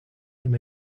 him